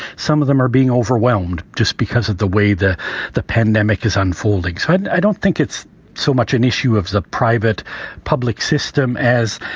some of them are being overwhelmed just because of the way the the pandemic is unfolding. so i don't think it's so much an issue of the private public system, as